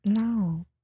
No